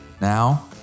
Now